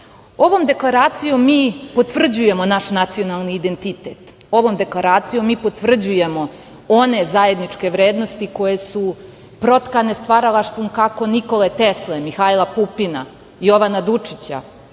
deklaracijom mi potvrđujemo naš nacionalni identitet. Ovom deklaracijom mi potvrđujemo one zajedničke vrednosti koje su protkane stvaralaštvom kako Nikole Tesle, Mihajla Pupina, Jovana Dučića,